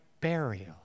burial